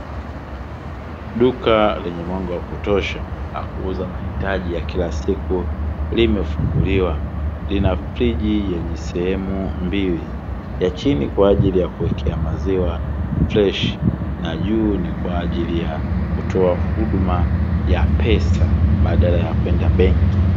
Duka lenye mwanga wa kutosha la kuuza mahitaji ya kila siku limefunguliwa, lina friji yenye sehemu mbili ya chini kwa ajili ya kuwekea maziwa freshi na juu ni kwa ajili ya kutoa huduma ya pesa badala ya kwenda benki.